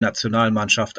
nationalmannschaft